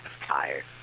tired